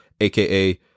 aka